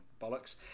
bollocks